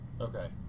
Okay